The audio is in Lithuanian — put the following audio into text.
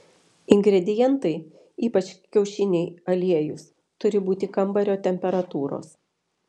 ingredientai ypač kiaušiniai aliejus turi būti kambario temperatūros